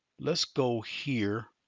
let's go here.